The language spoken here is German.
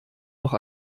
noch